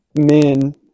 men